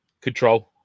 control